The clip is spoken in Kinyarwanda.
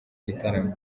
gitaramo